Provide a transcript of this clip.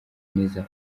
neza